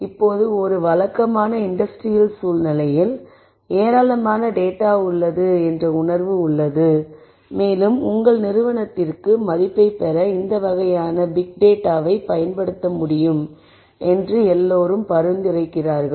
இப்போது ஒரு வழக்கமான இண்டஸ்ட்ரியல் சூழ்நிலையில் ஏராளமான டேட்டா உள்ளது என்ற உணர்வு உள்ளது மேலும் உங்கள் நிறுவனத்திற்கு மதிப்பைப் பெற இந்த வகையான பிக் டேட்டாவைப் பயன்படுத்த முடியும் என்று எல்லோரும் பரிந்துரைக்கிறார்கள்